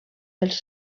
dels